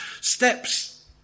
steps